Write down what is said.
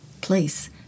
place